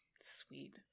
Sweet